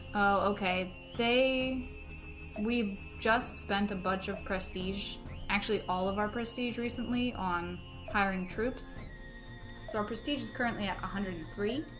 okay they we've just spent a bunch of prestige actually all of our prestige recently on hiring troops so our prestige is currently at one ah hundred and three